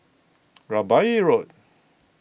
Rambai Road